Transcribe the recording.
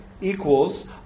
equals